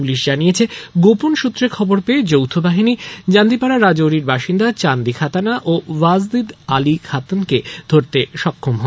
police জানিয়েছে গোপন সূত্রে খবর পেয়ে যৌথ বাহিনী জান্দিপাড়া রাজৌরির বাসিন্দা চান্দিখাতানা এবং ওয়াজিল আলি খাতাকে ধরতে সক্ষম হয়